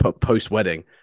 post-wedding